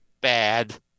bad